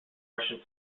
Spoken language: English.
russian